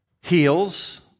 heals